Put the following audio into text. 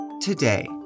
Today